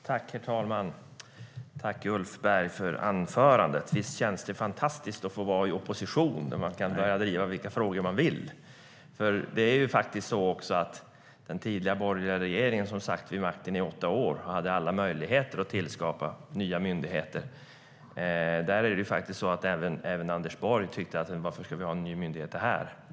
Herr talman! Tack för anförandet, Ulf Berg! Visst känns det fantastiskt att få vara i opposition där man kan börja driva vilka frågor man vill. Den tidigare borgerliga regeringen satt vid makten i åtta år och hade alla möjligheter att tillskapa nya möjligheter. Även Anders Borg tyckte: Varför ska vi ha en ny myndighet här?